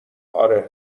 آره